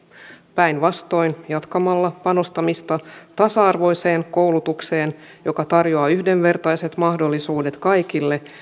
päinvastoin jatkamalla panostamista tasa arvoiseen koulutukseen joka tarjoaa yhdenvertaiset mahdollisuudet kaikille